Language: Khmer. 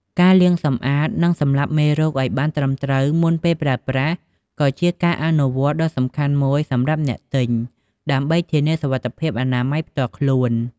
ការលាងសម្អាត និងសម្លាប់មេរោគឱ្យបានត្រឹមត្រូវមុនពេលប្រើប្រាស់ ក៏ជាការអនុវត្តន៍ដ៏សំខាន់មួយសម្រាប់អ្នកទិញដើម្បីធានាសុវត្ថិភាពអនាម័យផ្ទាល់ខ្លួន។